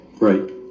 Right